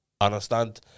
Understand